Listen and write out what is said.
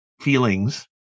feelings